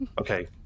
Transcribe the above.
Okay